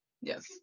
yes